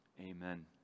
amen